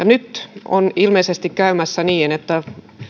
nyt on ilmeisesti käymässä niin että